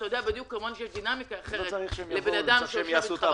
הרי יש דינמיקה אחרת כשבן אדם יושב איתך